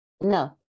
No